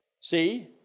See